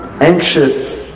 anxious